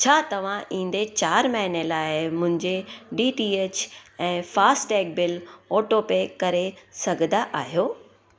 छा तव्हां ईंदड़ु चारि महीने लाइ मुंहिंजे डी टी एच ऐं फ़ास्टैग बिल ऑटोपे करे सघंदा आहियो